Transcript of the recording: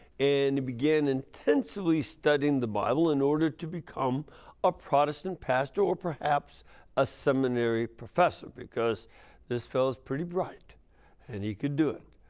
and he began intensively studying the bible in order to become a protestant pastor or perhaps a seminary professor. because this fella is pretty bright and he could do it.